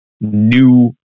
new